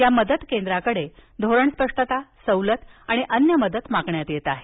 या मदत केंद्राकडे धोरण स्पष्टता सवलत आणि अन्य मदत मागण्यात येत आहे